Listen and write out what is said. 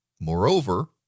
Moreover